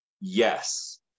yes